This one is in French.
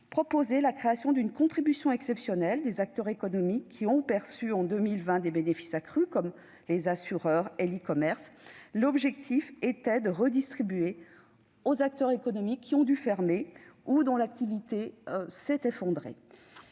proposé la création d'une contribution exceptionnelle des acteurs économiques ayant perçu des bénéfices accrus en 2020, comme les assureurs et les acteurs du e-commerce. L'objectif était d'en redistribuer le produit aux acteurs économiques qui ont dû fermer ou dont l'activité s'est effondrée.